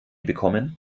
bekommen